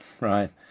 right